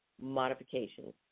modifications